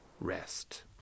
rest